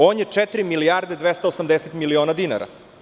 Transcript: On je četiri milijarde i 280 miliona dinara.